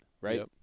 Right